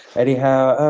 anyhow,